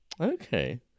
okay